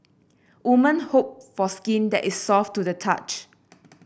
woman hope for skin that is soft to the touch